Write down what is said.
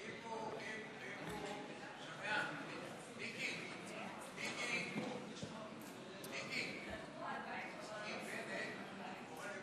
כפי שאמרתי כבר, עד עשר